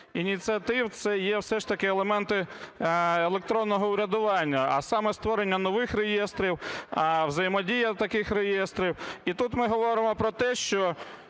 ініціатив це є все ж таки елементи електронного урядування, а саме: створення нових реєстрів, взаємодія таких реєстрів. І тут ми говоримо про те, що